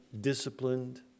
disciplined